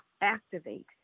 activate